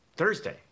Thursday